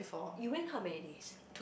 you went how many days